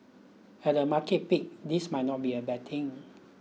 at a market peak this might not be a bad thing